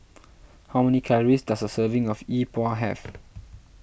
how many calories does a serving of Yi Bua have